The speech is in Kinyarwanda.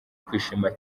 kwishima